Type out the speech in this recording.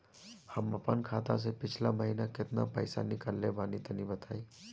हम आपन खाता से पिछला महीना केतना पईसा निकलने बानि तनि बताईं?